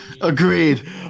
Agreed